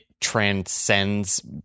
transcends